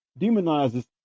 demonizes